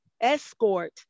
escort